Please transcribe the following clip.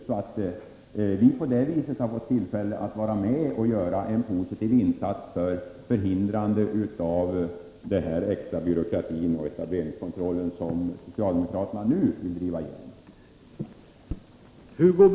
Skulle vi på det viset ha fått vara med om att göra en positiv insats för att förhindra den extra byråkrati och etableringskontroll som socialdemokraterna nu vill driva igenom?